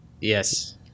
Yes